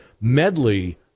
medley